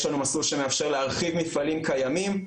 יש לנו מסלול שמאפשר להרחיק מפעלים קיימים.